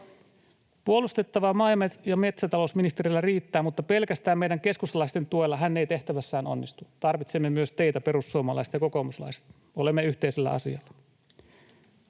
Puolustettavaa maa- ja metsätalousministerillä riittää, mutta pelkästään meidän keskustalaisten tuella hän ei tehtävässään onnistu. Tarvitsemme myös teitä, perussuomalaiset ja kokoomuslaiset. Olemme yhteisellä asialla.